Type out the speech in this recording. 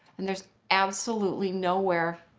and there's absolutely nowhere